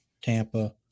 Tampa